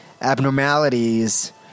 abnormalities